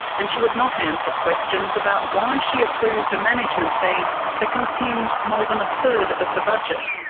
and she would not answer questions about why she approved a management fee that consumed more than a third of the budget.